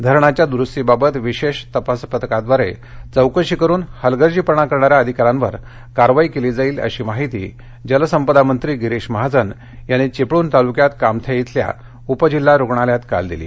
धरणाच्या दुरुस्तीबाबत विशेष तपास पथकाद्वारे चौकशी करुन हलगर्जीपणा करणाऱ्या अधिकाऱ्यांवर कारवाई केली जाईल अशी माहिती जलसंपदा मंत्री गिरीश महाजन यांनी चिपळण तालुक्यात कामथे इथल्या उपजिल्हा रुग्णालयामध्ये काल दिली